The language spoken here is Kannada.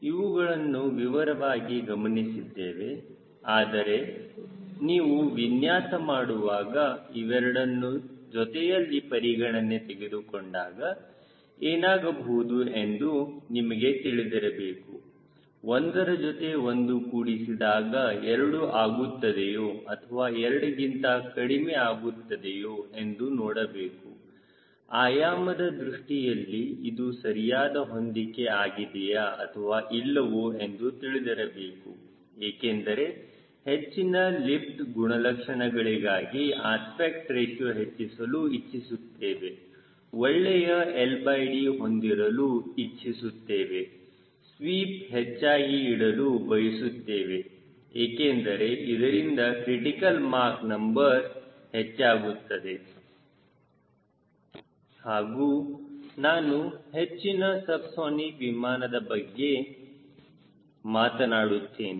ಇವುಗಳನ್ನು ವಿವರವಾಗಿ ಗಮನಿಸಿದ್ದೇವೆ ಆದರೆ ನೀವು ವಿನ್ಯಾಸ ಮಾಡುವಾಗ ಇವೆರಡನ್ನು ಜೊತೆಯಲ್ಲಿ ಪರಿಗಣನೆ ತೆಗೆದುಕೊಂಡಾಗ ಏನಾಗಬಹುದು ಎಂದು ನಿಮಗೆ ತಿಳಿದಿರಬೇಕು ಒಂದರ ಜೊತೆ ಒಂದು ಕೂಡಿಸಿದಾಗ 2 ಆಗುತ್ತದೆಯೋ ಅಥವಾ 2 ಗಿಂತ ಕಡಿಮೆ ಇರುತ್ತದೆಯೋ ಎಂದು ನೋಡಬೇಕು ಆಯಾಮದ ದೃಷ್ಟಿಯಲ್ಲಿ ಇದು ಸರಿಯಾದ ಹೊಂದಿಕೆ ಆಗಿದೆಯಾ ಅಥವಾ ಇಲ್ಲವೋ ಎಂದು ತಿಳಿದಿರಬೇಕು ಏಕೆಂದರೆ ಹೆಚ್ಚಿನ ಲಿಫ್ಟ್ ಗುಣಲಕ್ಷಣಗಳಿಗಾಗಿ ಅಸ್ಪೆಕ್ಟ್ ರೇಶಿಯೋ ಹೆಚ್ಚಿಸಲು ಇಚ್ಚಿಸುತ್ತೇವೆ ಒಳ್ಳೆಯ LD ಹೊಂದಿರಲು ಇಚ್ಚಿಸುತ್ತೇವೆ ಸ್ವೀಪ್ ಹೆಚ್ಚಾಗಿ ಇಡಲು ಬಯಸುತ್ತೇವೆ ಏಕೆಂದರೆ ಇದರಿಂದ ಕ್ರಿಟಿಕಲ್ ಮಾಕ್ ನಂಬರ್ ಹೆಚ್ಚಾಗುತ್ತದೆ ಹಾಗೂ ನಾನು ಹೆಚ್ಚಿನ ಸಬ್ಸಾನಿಕ್ ವಿಮಾನದ ಬಗ್ಗೆ ಮಾತನಾಡುತ್ತೇನೆ